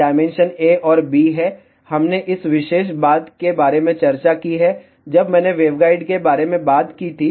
dimension a और b हैं हमने इस विशेष बात के बारे में चर्चा की है जब मैंने वेवगाइड के बारे में बात की थी